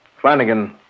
Flanagan